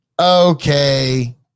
Okay